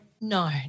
No